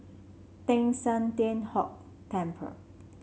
Teng San Tian Hock Temple